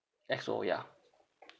X_O ya